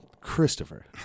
Christopher